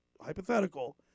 hypothetical